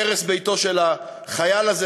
בהרס ביתו של החייל הזה?